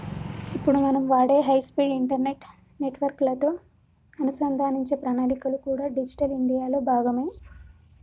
ఇప్పుడు మనం వాడే హై స్పీడ్ ఇంటర్నెట్ నెట్వర్క్ లతో అనుసంధానించే ప్రణాళికలు కూడా డిజిటల్ ఇండియా లో భాగమే